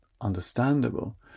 understandable